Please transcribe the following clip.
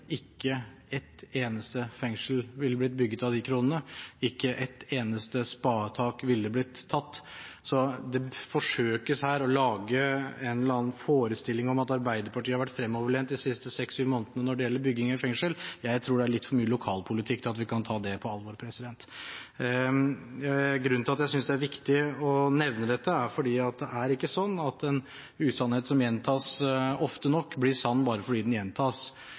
Ikke et eneste fengsel ville blitt bygd av de kronene, ikke et eneste spadetak ville blitt tatt. Så det forsøkes her å lage en eller annen forestilling om at Arbeiderpartiet har vært fremoverlent de siste seks–syv månedene når det gjelder bygging av fengsel. Jeg tror det er litt for mye lokalpolitikk til at vi kan ta det på alvor. Grunnen til at jeg synes det er viktig å nevne dette, er at det er ikke slik at en usannhet som gjentas ofte nok, blir sann bare fordi den gjentas.